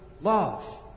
love